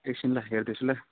एकछिन ल हेर्दैछु ल